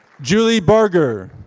julie barger.